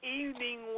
evening